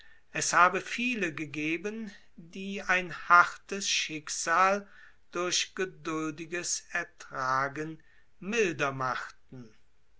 es habe viele gegeben die ein hartes schicksal durch ertragen milder machten